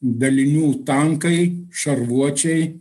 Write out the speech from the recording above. dalinių tankai šarvuočiai